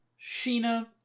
Sheena